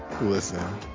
Listen